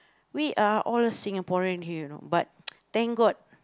we are all Singaporean here you know but thank god